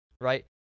right